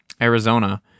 Arizona